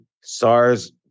SARS